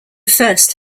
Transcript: first